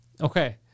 Okay